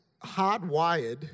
hardwired